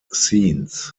scenes